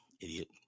idiot